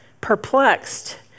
perplexed